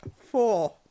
Four